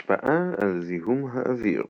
השפעה על זיהום האוויר